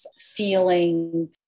feeling